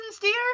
dear